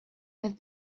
with